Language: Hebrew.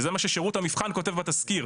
וזה מה ששירות המבחן כותב בתסקיר,